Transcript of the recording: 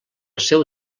seu